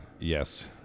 Yes